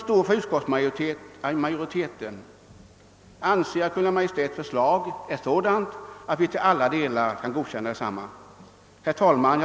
Vi inom utskottsmajoriteten anser Kungl. Maj:ts förslag vara sådant att vi till alla delar kan godkänna detsamma. Herr talman!